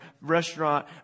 restaurant